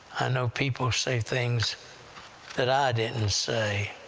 i know people say things that i didn't say.